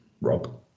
Rob